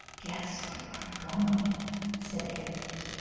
guess where you are going said harriot,